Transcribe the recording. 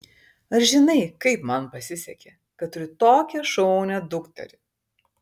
ar žinai kaip man pasisekė kad turiu tokią šaunią dukterį